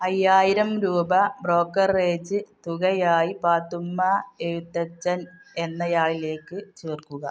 അയ്യായിരം രൂപ ബ്രോക്കറേജ് തുകയായി പാത്തുമ്മ എഴുത്തച്ഛൻ എന്നയാളിലേക്ക് ചേർക്കുക